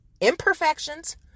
imperfections